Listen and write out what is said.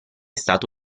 stato